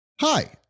Hi